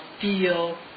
feel